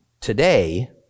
today